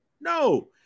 No